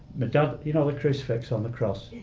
me dad. you know the crucifix on the cross?